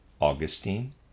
Augustine